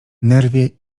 nerwie